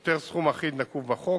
יותר סכום אחיד נקוב בחוק,